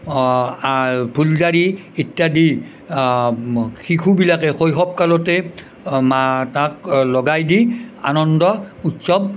ফুলজাৰি ইত্য়াদি শিশুবিলাকে শৈশৱকালতে তাক লগাই দি আনন্দ উৎসৱ